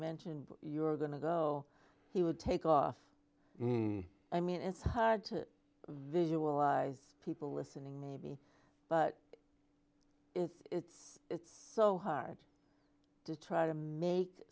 mentioned you were going to go he would take off i mean it's hard to visualize people listening maybe but it's it's so hard to try to make